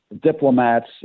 diplomats